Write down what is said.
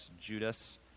Judas